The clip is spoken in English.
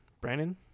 brandon